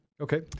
Okay